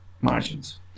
margins